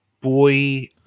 boy